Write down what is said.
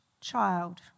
child